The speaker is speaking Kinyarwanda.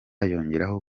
yongeraho